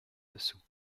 dessous